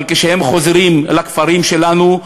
אבל כשהם חוזרים לכפרים שלנו,